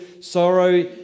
sorrow